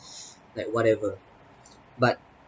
like whatever but